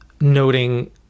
noting